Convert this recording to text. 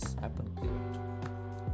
Happen